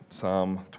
Psalm